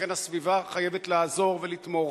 ולכן הסביבה חייבת לעזור ולתמוך,